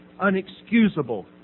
unexcusable